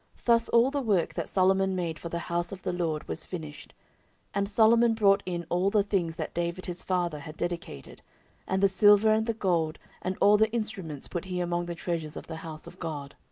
thus all the work that solomon made for the house of the lord was finished and solomon brought in all the things that david his father had dedicated and the silver, and the gold, and all the instruments, put he among the treasures of the house of god.